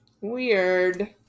Weird